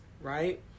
right